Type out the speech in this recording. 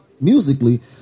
musically